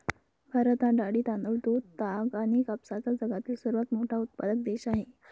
भारत हा डाळी, तांदूळ, दूध, ताग आणि कापसाचा जगातील सर्वात मोठा उत्पादक देश आहे